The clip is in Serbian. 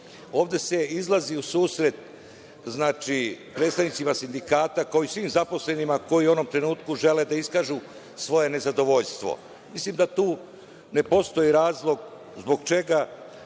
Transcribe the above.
ovde se izlazi u susret predstavnicima sindikata kao i svim zaposlenima koji u onom trenutku žele da iskažu svoje nezadovoljstvo. Mislim da tu ne postoji razlog zbog čega